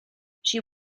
she